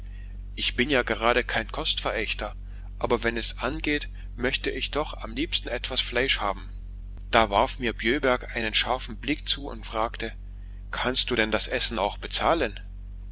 ich bin ja gerade kein kostverächter aber wenn es angeht möchte ich doch am liebsten etwas fleisch haben da warf mir bjöberg einen scharfen blick zu und fragte kannst du denn das essen auch bezahlen